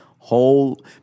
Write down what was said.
whole